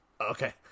Okay